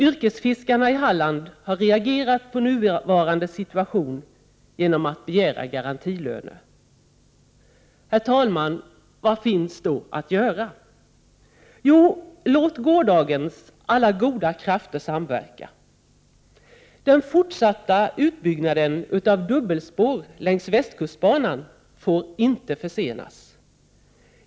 Yrkesfiskarna i Halland har reagerat på nuvarande situation genom att begära garantilöner. Herr talman! Vad finns då att göra? Jo, låt gårdagens alla goda krafter samverka. Den fortsatta utbyggnaden av dubbelspår längs västkustbanan får inte försenas.